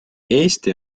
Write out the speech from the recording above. eesti